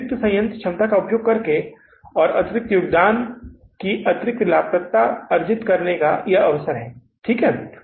अतिरिक्त संयंत्र क्षमता का उपयोग करने और अतिरिक्त योगदान और अतिरिक्त लाभप्रदता अर्जित करने का अवसर ठीक है